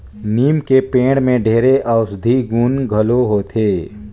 लीम के पेड़ में ढेरे अउसधी गुन घलो होथे